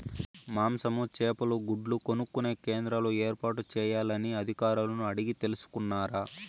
మాంసము, చేపలు, గుడ్లు కొనుక్కొనే కేంద్రాలు ఏర్పాటు చేయాలని అధికారులను అడిగి తెలుసుకున్నారా?